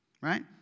right